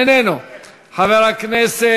אינו נוכח,